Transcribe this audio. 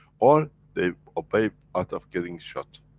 or they obey out of getting shot,